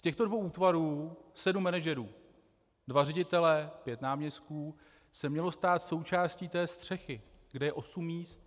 Z těchto dvou útvarů sedm manažerů dva ředitelé, pět náměstků se mělo stát součástí té střechy, kde je osm míst.